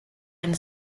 and